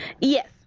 Yes